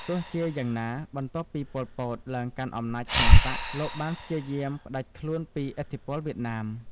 ទោះជាយ៉ាងណា បន្ទាប់ពី ប៉ុល ពត ឡើងកាន់អំណាចក្នុងបក្ស លោកបានព្យាយាមផ្ដាច់ខ្លួនពីឥទ្ធិពលវៀតណាម។